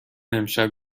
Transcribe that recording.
امشب